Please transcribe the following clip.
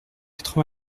quatre